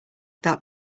that